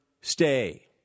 stay